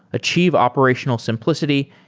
achieve operational simplicity,